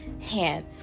hand